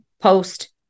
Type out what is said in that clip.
post-